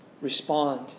respond